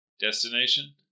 Destination